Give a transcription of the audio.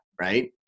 Right